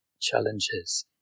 challenges